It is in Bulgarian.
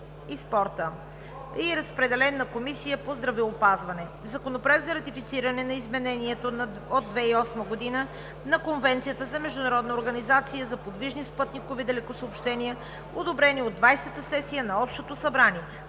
и спорта и на Комисията по здравеопазването. Законопроект за ратифициране на Измененията от 2008 г. на Конвенцията за международна организация за подвижни спътникови далекосъобщения, одобрени от 20-ата Сесия на Общото събрание.